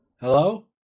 Hello